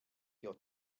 your